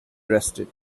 arrested